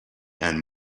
and